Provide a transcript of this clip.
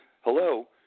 hello